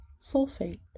sulfate